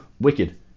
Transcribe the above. wicked